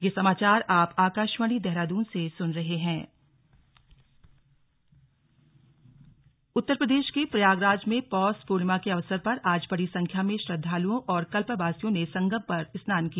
slug Paush Purnima स्नान उत्तर प्रदेश के प्रयागराज में पौष पूर्णिमा के अवसर पर आज बड़ी संख्या में श्रद्धालुओं और कल्पवासियों ने संगम पर स्नान किया